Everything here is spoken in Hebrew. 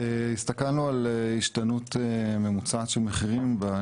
הסתכלנו על השתנות ממוצעת של מחירים עשור אחורה,